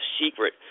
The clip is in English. secret